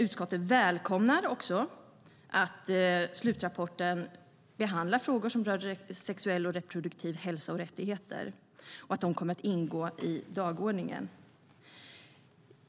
Utskottet välkomnar också att slutrapporten behandlar frågor som rör sexuell och reproduktiv hälsa och rättigheter och att de kommer att ingå i dagordningen.